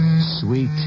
Sweet